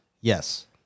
Yes